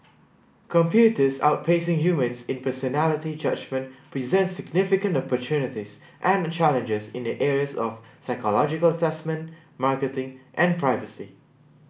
computers outpacing humans in personality judgement presents significant opportunities and challenges in the areas of psychological assessment marketing and privacy